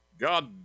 God